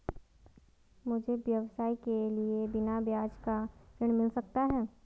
मुझे व्यवसाय के लिए बिना ब्याज का ऋण मिल सकता है?